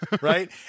Right